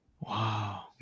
Wow